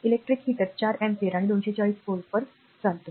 electric heater 4 ampere आणि 240 volt वर काढते